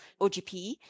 OGP